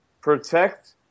protect